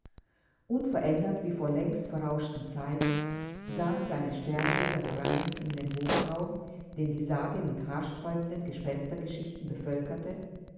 unverändert wie vor längst verrauschten zeiten sahen seine sternbilder herein in den hofraum den die sage mit haarsträubenden gespenstergeschichten bevölkerte